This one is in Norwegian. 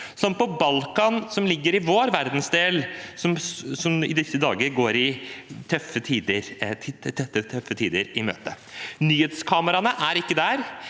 som Balkan, som ligger i vår verdensdel og i disse dager går tøffe tider i møte. Nyhetskameraene er ikke der.